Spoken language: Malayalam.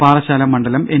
പാറശ്ശാല മണ്ഡലം എൻ